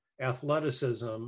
athleticism